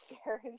stairs